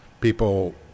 people